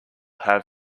have